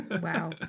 Wow